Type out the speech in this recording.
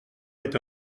est